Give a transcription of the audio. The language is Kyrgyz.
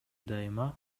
дайыма